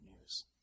news